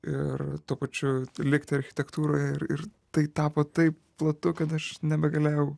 ir tuo pačiu likti architektūroje ir tai tapo taip platu kad aš nebegalėjau